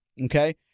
Okay